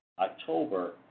October